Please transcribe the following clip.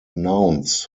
nouns